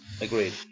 Agreed